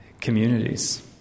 communities